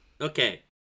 Okay